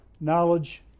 knowledge